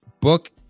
book